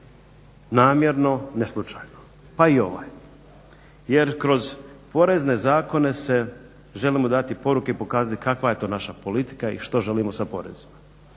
namjerno, ne slučajno pa i ovaj. Jer kroz porezne zakone želimo dati poruke i pokazati kakva je to naša politika i što želimo sa porezima.